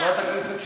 חברת הכנסת שטרית,